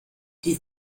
die